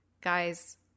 guys